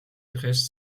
დღეს